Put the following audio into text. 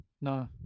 No